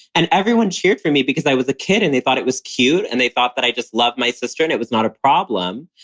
and everyone cheered for me because i was a kid and they thought it was cute and they thought that i just love my sister and it was not a problem.